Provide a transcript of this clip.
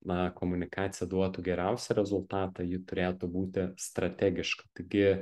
na komunikacija duotų geriausią rezultatą ji turėtų būti strategiška taigi